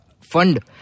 fund